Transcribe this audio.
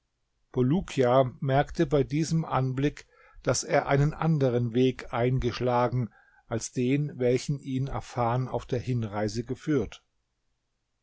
bulukia merkte bei diesem anblick daß er einen anderen weg eingeschlagen als den welchen ihn afan auf der hinreise geführt